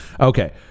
Okay